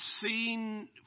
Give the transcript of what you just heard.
seen